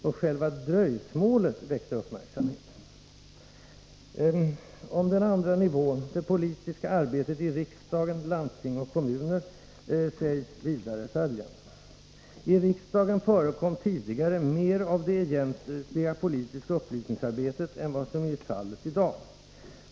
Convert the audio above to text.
Och själva dröjsmålet väckte uppmärksamhet.” Om den andra nivån, det politiska arbetet i riksdagen, landsting och kommuner, sägs vidare följande: ”I riksdagen förekom tidigare mer av det egentliga politiska upplysnings arbetet än vad som är fallet i dag.